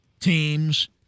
teams